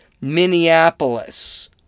Minneapolis